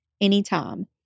anytime